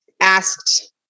asked